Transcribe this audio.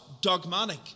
dogmatic